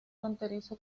fronterizo